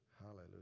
hallelujah